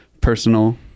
personal